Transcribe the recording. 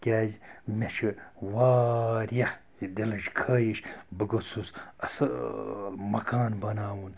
کیٛازِ مےٚ چھِ واریاہ یہِ دِلٕچ خوٛٲہش بہٕ گوٚژھُس اصۭل مکان بَناوُن